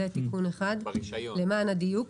זה תיקון אחד, למען הדיוק.